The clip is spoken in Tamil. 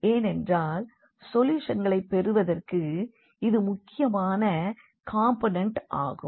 ஏனென்றால் சொல்யூஷன்களை பெறுவதற்கு இது முக்கியமான காம்போனண்ட் ஆகும்